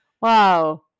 Wow